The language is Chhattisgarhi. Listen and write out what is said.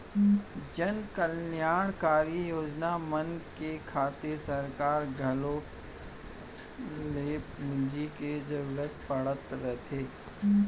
जनकल्यानकारी योजना मन के खातिर सरकार घलौक ल पूंजी के जरूरत पड़त रथे